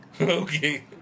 Okay